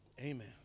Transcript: Amen